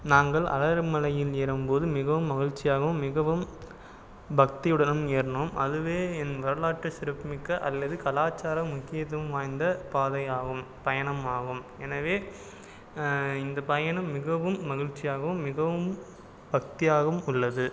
நாங்கள் அழகர் மலையில் ஏறும் போது மிகவும் மகிழ்ச்சியாகவும் மிகவும் பக்தியுடனும் ஏறினோம் அதுவே என் வரலாற்று சிறப்புமிக்க அல்லது கலாச்சாரம் முக்கியத்துவம் வாய்ந்த பாதையாகும் பயணம் ஆகும் எனவே இந்த பயணம் மிகவும் மகிழ்ச்சியாகவும் மிகவும் பக்தியாகவும் உள்ளது